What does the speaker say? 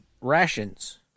rations